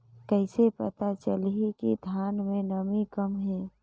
कइसे पता चलही कि धान मे नमी कम हे?